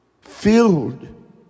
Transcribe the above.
filled